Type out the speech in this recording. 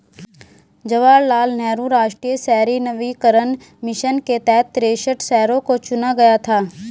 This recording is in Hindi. जवाहर लाल नेहरू राष्ट्रीय शहरी नवीकरण मिशन के तहत तिरेसठ शहरों को चुना गया था